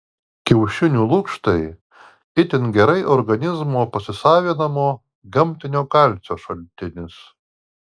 kiaušinių lukštai itin gerai organizmo pasisavinamo gamtinio kalcio šaltinis